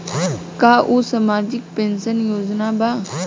का उ सामाजिक पेंशन योजना बा?